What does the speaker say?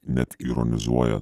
net ironizuoja